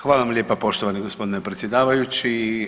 Hvala vam lijepa poštovani gospodine predsjedavajući.